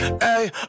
Hey